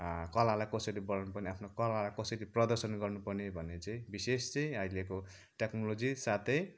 कलालाई कसरी बढाउनु पर्ने आफ्नो कलालाई कसरी प्रदर्शन गर्नुपर्ने भन्ने चाहिँ विशेष चाहिँ अहिलेको टेक्नोलोजी साथै